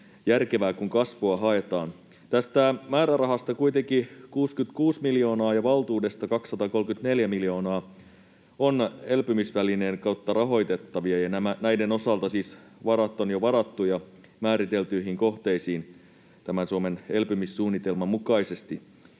järkevää, kun kasvua haetaan. Tästä määrärahasta kuitenkin 66 miljoonaa ja valtuudesta 234 miljoonaa on elpymisvälineen kautta rahoitettavia, ja näiden osalta siis varat on jo varattu määriteltyihin kohteisiin Suomen elpymissuunnitelman mukaisesti.